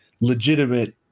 legitimate